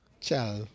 Ciao